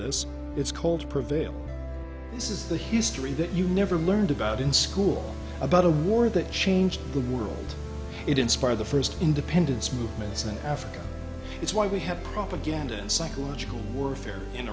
this it's called prevail this is the history that you never learned about in school about a war that changed the world it inspired the first independence movements in africa it's why we have propaganda and psychological warfare in